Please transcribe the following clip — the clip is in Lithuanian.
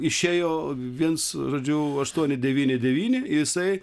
išėjo viens žodžiu aštuoni devyni devyni jisai